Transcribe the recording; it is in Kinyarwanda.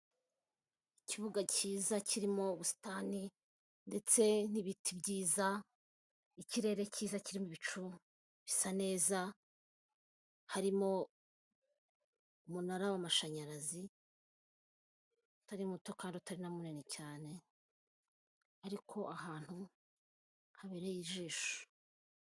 Ikibuga kiza kirimo ubusitani ndetse n'ibiti byiza, ikirere cyiza kirimo ibicu bisa neza, harimo umunara w'amashanyarazi utari muto kandi utari na munini cyane ariko ahantu habereye ijisho.